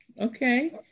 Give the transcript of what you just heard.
Okay